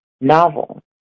novel